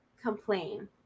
complain